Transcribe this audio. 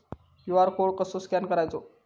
QR code कसो scan करायचो?